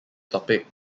topic